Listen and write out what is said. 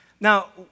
Now